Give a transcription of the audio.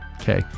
Okay